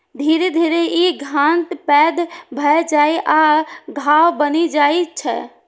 धीरे धीरे ई गांठ पैघ भए जाइ आ घाव बनि जाइ छै